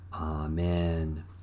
Amen